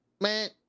man